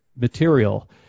material